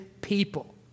people